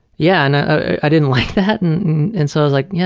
yeah and i i didn't like that, and and so i was like, yeah